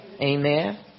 Amen